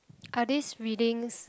are these readings